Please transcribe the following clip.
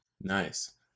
Nice